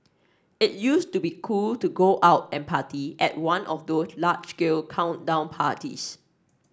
it used to be cool to go out and party at one of those large scale countdown parties